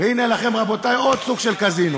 והנה לכם, רבותי, עוד סוג של קזינו.